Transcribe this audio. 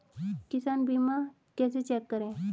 किसान बीमा कैसे चेक करें?